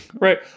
Right